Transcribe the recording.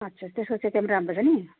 अच्छा त्यसको चाहिँ क्यामरा राम्रो छ नि